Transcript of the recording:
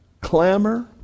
clamor